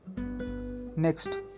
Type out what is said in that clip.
next